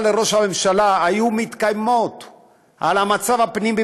לראש הממשלה היה מתקיים על המצב הפנימי,